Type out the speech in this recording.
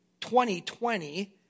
2020